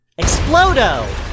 Explodo